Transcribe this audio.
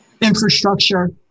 infrastructure